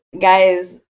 guys